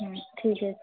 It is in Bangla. হুম ঠিক আছে